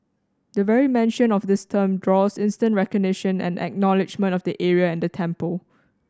the very mention of this term draws instant recognition and acknowledgement of the area and the temple